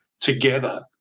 together